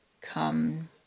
come